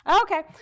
Okay